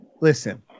Listen